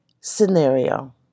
scenario